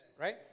right